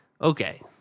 okay